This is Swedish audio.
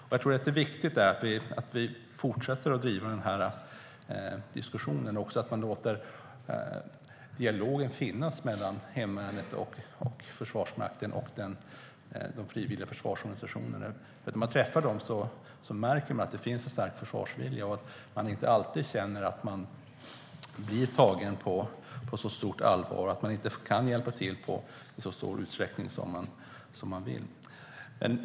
Det är viktigt att vi fortsätter att driva diskussionen och att det finns en dialog mellan hemvärnet, Försvarsmakten och de frivilliga försvarsorganisationerna. Det finns en stark försvarsvilja, och de känner inte alltid att de blir tagna på så stort allvar och att de kan hjälpa till i så stor utsträckning som de vill.